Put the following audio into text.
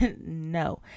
no